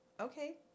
okay